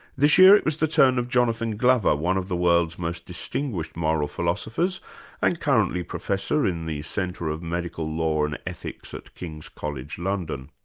this year it was the turn of jonathan glover, one of the world's most distinguished moral philosophers and currently professor in the centre of medical law and ethics at king's college, london.